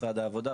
משרד העבודה,